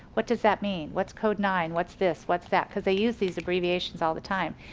what does that mean, what's code nine, what's this, what's that. cause they use these abbreviations all the time.